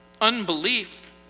Unbelief